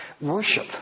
Worship